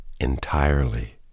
Entirely